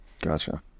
Gotcha